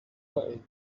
lay